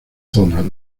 zonas